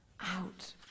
out